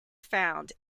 found